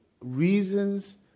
reasons